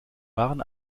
waren